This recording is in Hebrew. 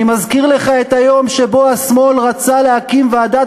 אני מזכיר לך את היום שבו השמאל רצה להקים ועדת